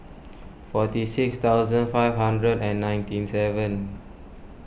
forty six thousand five hundred and ninety seven